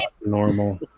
Normal